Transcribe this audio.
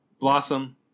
Blossom